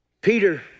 Peter